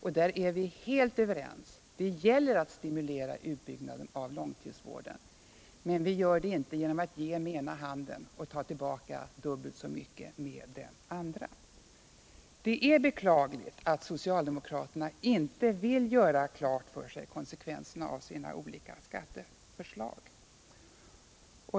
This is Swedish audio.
Vi är däremot helt överens om att det gäller att stimulera utbyggnaden av långtidsvården, men vi gör det inte genom att ge med ena handen och ta tillbaka dubbelt så mycket med den andra. Det är beklagligt att socialdemokraterna inte vill göra klart för sig konsekvenserna av sina olika skatteförslag.